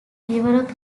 develop